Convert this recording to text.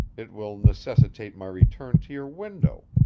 it will necessitate my return to your window,